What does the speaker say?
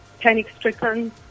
panic-stricken